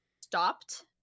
stopped